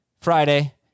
Friday